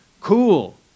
cool